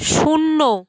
শূন্য